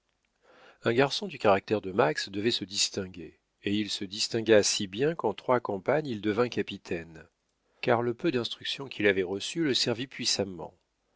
un garçon du caractère de max devait se distinguer et il se distingua si bien qu'en trois campagnes il devint capitaine car le peu d'instruction qu'il avait reçue le servit puissamment